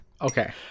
Okay